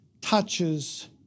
touches